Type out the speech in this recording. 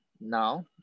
now